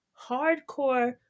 hardcore